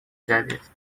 جدید